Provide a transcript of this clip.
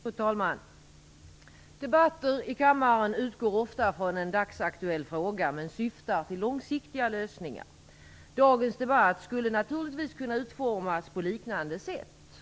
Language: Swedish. Fru talman! Debatter i kammaren utgår ofta från en dagsaktuell fråga, men syftar till långsiktiga lösningar. Dagens debatt skulle naturligtvis kunna utformas på liknande sätt.